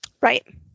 Right